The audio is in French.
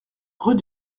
rue